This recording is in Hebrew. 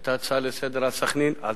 והיתה הצעה לסדר על סח'נין, על